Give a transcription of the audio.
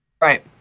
Right